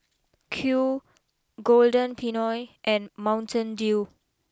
Qoo Golden Peony and Mountain Dew